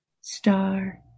star